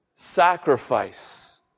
Sacrifice